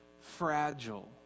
fragile